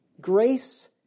Grace